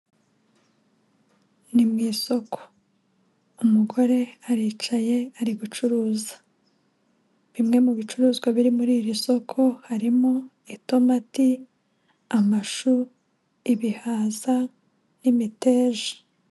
Ni mu isoko, umugore aricaye ari gucuruza, bimwe mu bicuruzwa biri muri iri soko harimo itomati, amashu, ibihaza n'imiteja.